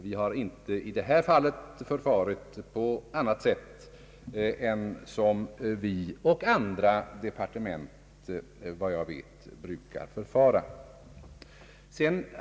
Vi har inte i det här fallet förfarit på annat sätt än vi och andra departement brukar förfara.